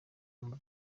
mpamvu